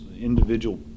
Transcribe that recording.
individual